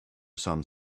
some